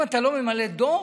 אם אתה לא ממלא דוח,